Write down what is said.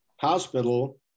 hospital